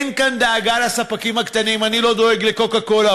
אין כאן דאגה לספקים הקטנים אני לא דואג ל"קוקה-קולה",